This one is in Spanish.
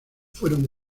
fueron